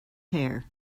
hair